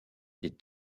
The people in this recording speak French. des